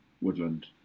woodland